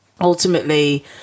ultimately